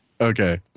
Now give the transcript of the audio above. Okay